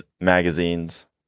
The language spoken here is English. magazines